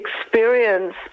experience